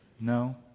No